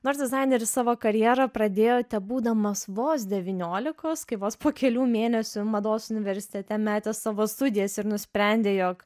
nors dizaineris savo karjerą pradėjo tebūdamas vos devyniolikos kai vos po kelių mėnesių mados universitete metė savo studijas ir nusprendė jog